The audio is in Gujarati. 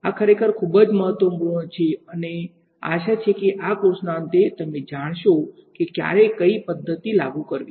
આ ખરેખર ખૂબ જ મહત્વપૂર્ણ છે અને આશા છે કે આ કોર્સના અંતે તમે જાણશો કે ક્યારે કઈ પદ્ધતિ લાગુ કરવી